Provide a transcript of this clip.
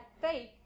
faith